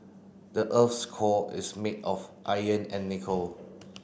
the earth's core is made of iron and nickel